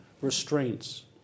restraints